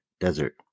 Desert